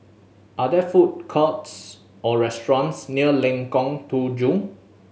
are there food courts or restaurants near Lengkong Tujuh